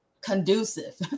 conducive